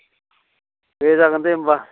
दे जागोन दे होमबा